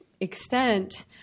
extent